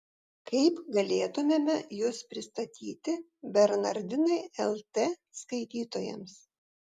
kaip galėtumėme jus pristatyti bernardinai lt skaitytojams